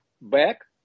back